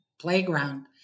playground